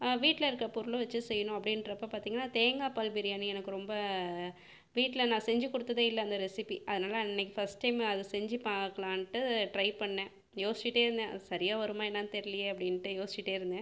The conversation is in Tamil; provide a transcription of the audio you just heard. வீட்டில் இருக்க பொருளும் வைச்சு செய்யணும் அப்படின்றப்ப பார்த்தீங்கனா தேங்காய் பால் பிரியாணி எனக்கு ரொம்ப வீட்டில் நான் செஞ்சு கொடுத்ததே இல்லை அந்த ரெசிபி அதனால் அன்னிக்கு ஃபர்ஸ்ட் டைம் அது செஞ்சு பார்க்கலாண்ட்டு ட்ரை பண்ணிணேன் யோசிச்சிட்டே இருந்தேன் அது சரியாக வருமா என்னான்னு தெரியலியே அப்படின்ட்டு யோசிச்சிட்டே இருந்தேன்